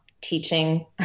teaching